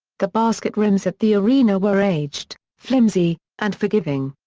the basket rims at the arena were aged, flimsy, and forgiving.